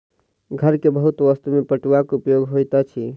घर के बहुत वस्तु में पटुआक उपयोग होइत अछि